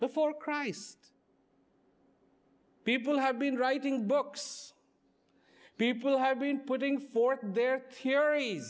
before christ people have been writing books people have been putting forth their theori